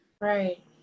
Right